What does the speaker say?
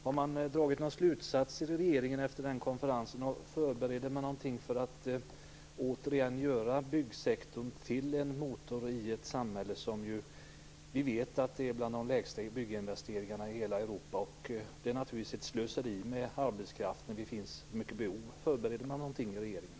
Har man dragit några slutsatser i regeringen efter konferensen, och förbereder man någonting för att åter göra byggsektorn till en motor i ett samhälle där vi vet att bygginvesteringarna är bland de lägsta i hela Europa? Det är naturligtvis ett slöseri med arbetskraften. Det finns stora behov. Förbereder man någonting i regeringen?